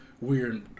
weird